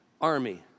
army